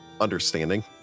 understanding